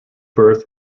birth